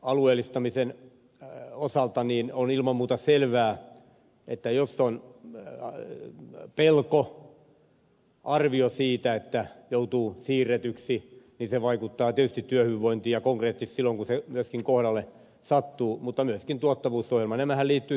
alueellistamisen osalta on ilman muuta selvää että jos on pelko tai arvio siitä että joutuu siirretyksi se vaikuttaa tietysti työhyvinvointiin ja konkreettisesti silloin kun se myöskin kohdalle sattuu mutta myöskin tuottavuusohjelma